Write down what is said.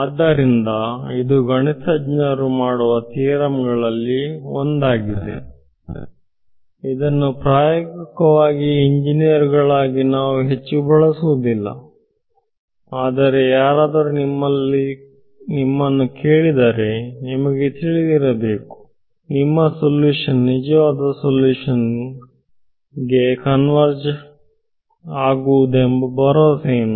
ಆದ್ದರಿಂದ ಇದು ಗಣಿತಜ್ಞರು ಮಾಡುವ ಥಿಯರಂ ಗಳಲ್ಲಿ ಒಂದಾಗಿದೆ ಇದನ್ನು ಪ್ರಾಯೋಗಿಕವಾಗಿ ಎಂಜಿನಿಯರ್ಗಳಾಗಿ ನಾವು ಹೆಚ್ಚು ಬಳಸುವುದಿಲ್ಲ ಆದರೆ ಯಾರಾದರೂ ನಿಮ್ಮನ್ನು ಕೇಳಿದರೆ ನಿಮಗೆ ತಿಳಿದಿರಬೇಕು ನಿಮ್ಮ ಸಲ್ಯೂಷನ್ ನಿಜವಾದ ಸಲ್ಯೂಷನ್ ಗೆ ಕನ್ವರ್ಜ ಆಗುವುದು ಎಂಬ ಭರವಸೆ ಏನು